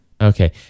Okay